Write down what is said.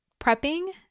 prepping